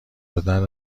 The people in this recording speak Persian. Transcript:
دادن